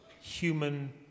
human